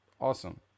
Awesome